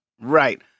Right